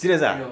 serious ah